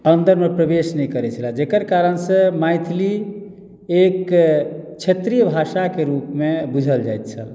अन्दरमे प्रवेश नहि करै छलए जेकर कारण सॅं मैथिली एक क्षेत्रीय भाषाके रुपमे बुझल जाइत छल